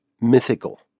mythical